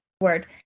word